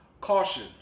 caution